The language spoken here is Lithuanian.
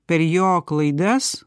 per jo klaidas